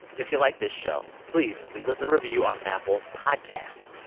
if you like this show, please leave us a review on apple podcasts.